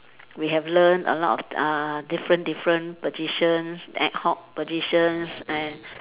we have learn a lot uh different different positions ad hoc positions and